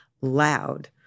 loud